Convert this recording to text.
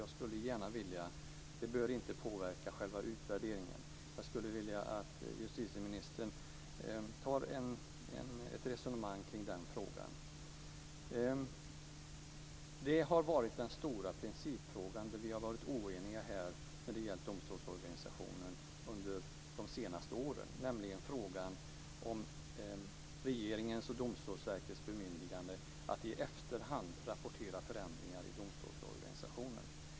Jag skulle vilja - det bör inte påverka själva utvärderingen - att justitieministern tar ett resonemang kring den frågan. Den stora principfråga som vi har varit oeniga om när det har gällt domstolsorganisationen under de senaste åren är frågan om regeringens och Domstolsverkets bemyndigande att i efterhand rapportera förändringar i domstolsorganisationen.